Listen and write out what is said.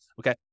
Okay